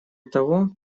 того